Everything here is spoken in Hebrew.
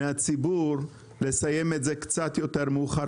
מכל החבר'ה